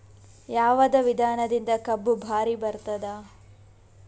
ಯಾವದ ವಿಧಾನದಿಂದ ಕಬ್ಬು ಭಾರಿ ಬರತ್ತಾದ?